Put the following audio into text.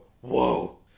whoa